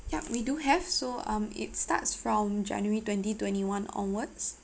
yup we do have so um it starts from january twenty twenty one onwards